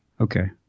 Okay